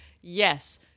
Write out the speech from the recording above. yes